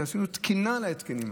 שעשינו תקינה להתקנים האלה.